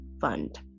Fund